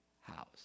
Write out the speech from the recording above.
house